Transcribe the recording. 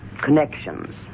connections